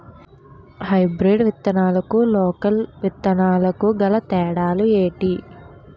Hybrid విత్తనాలకు local విత్తనాలకు గల తేడాలు ఏంటి?